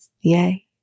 yay